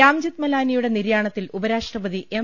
രാംജത്ത് മലാനിയുടെ നിര്യാണത്തിൽ ഉപരാഷ്ട്രപതി എം